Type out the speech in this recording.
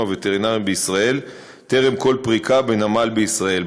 הווטרינריים בישראל טרם כל פריקה בנמל בישראל.